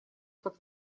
как